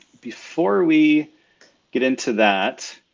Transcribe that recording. before we get into that,